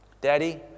Daddy